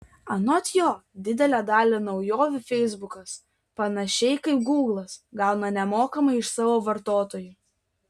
anot jo didelę dalį naujovių feisbukas panašiai kaip gūglas gauna nemokamai iš savo vartotojų